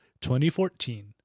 2014